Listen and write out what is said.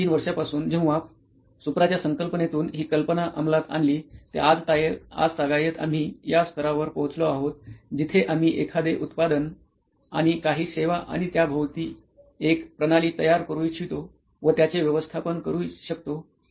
५ ते ३ वर्षांपासून जेव्हा पासून सूप्राच्या संकल्पनेतून हि कल्पना अमलात आणली ते आजतागायत आम्ही या स्तरावर पोहोचलो आहोत जिथे आम्ही एखादे उत्पादन आणि काही सेवा आणि त्याभोवती एक प्रणाली तयार करू शकतो व त्याचे व्यवस्थापन करू शकतो